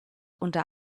unter